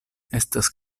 estas